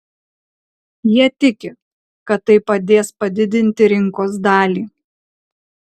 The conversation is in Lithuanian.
jie tiki kad tai padės padidinti rinkos dalį